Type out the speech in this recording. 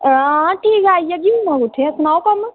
आं ठीक ऐ आई जाह्गी इत्थै ते सनाओ कम्म